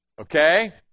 Okay